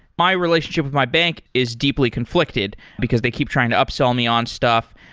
my relationship with my bank is deeply conflicted, because they keep trying to upsell me on stuff.